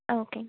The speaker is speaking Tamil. ஓகேங்க